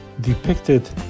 depicted